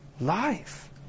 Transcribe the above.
life